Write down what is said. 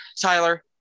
tyler